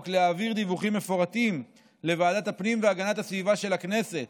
להעביר דיווחים מפורטים לוועדת הפנים והגנת הסביבה של הכנסת